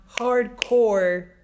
hardcore